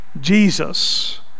Jesus